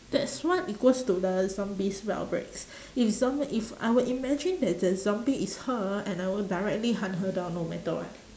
that's what equals to the zombies outbreaks if zom~ if I would imagine that the zombie is her and I would directly hunt her down no matter what